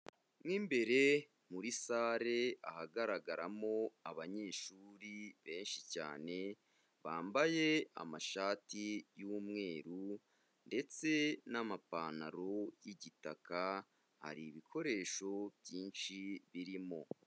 Mo imbere muri sale, ahagaragaramo abanyeshuri benshi cyane, bambaye amashati y'umweru ndetse n'amapantaro y'igitaka, hari ibikoresho byinshi birimo.